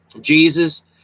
Jesus